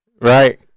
Right